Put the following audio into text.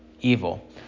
evil